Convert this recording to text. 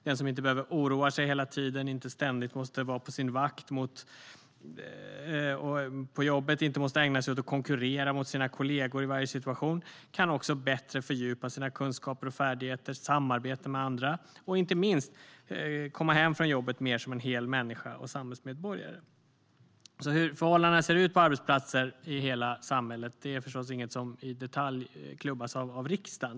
Den som inte behöver oroa sig hela tiden, inte ständigt måste vara på sin vakt på jobbet och inte måste ägna sig åt att konkurrera med sina kollegor i varje situation kan också bättre fördjupa sina kunskaper och färdigheter, samarbeta med andra och inte minst komma hem från jobbet mer som en hel människa och samhällsmedborgare. Hur förhållandena ser ut på arbetsplatser i hela samhället är förstås inget som i detalj klubbas av riksdagen.